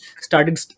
started